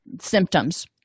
symptoms